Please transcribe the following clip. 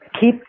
keep